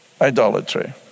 idolatry